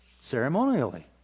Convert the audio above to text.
ceremonially